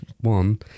One